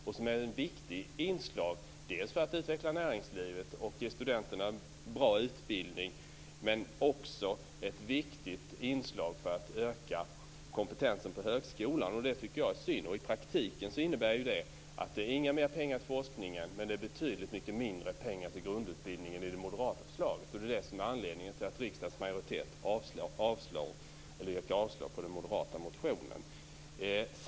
Den är ett viktigt inslag dels för att utveckla näringslivet och ge studenterna bra utbildning, dels för att öka kompetensen på högskolan. Det är synd. I praktiken innebär det inga mer pengar till forskningen, men det är betydligt mindre pengar till grundutbildningen i det moderata förslaget. Det är anledningen till att riksdagens majoritet yrkar avslag på den moderata motionen.